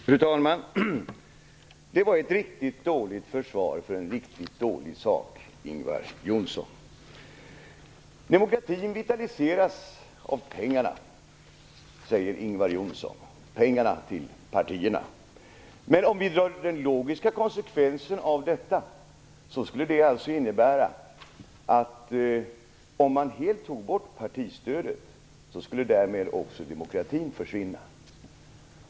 Fru talman! Det var ett riktigt dåligt försvar för en riktigt dålig sak, Ingvar Johnsson. Demokratin vitaliseras av pengarna till partierna, säger Ingvar Johnsson. Den logiska konsekvensen av detta skulle vara att om man helt tog bort partistödet, skulle därmed också demokratin försvinna.